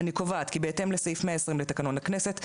אני קובעת כי בהתאם לסעיף 120 לתקנון הכנסת,